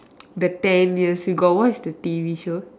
the ten years you got watch the T_V show